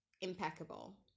impeccable